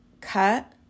cut